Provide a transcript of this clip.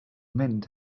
mynd